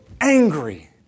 angry